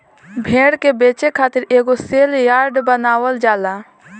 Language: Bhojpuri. भेड़ के बेचे खातिर एगो सेल यार्ड बनावल जाला